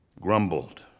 Grumbled